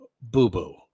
boo-boo